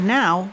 now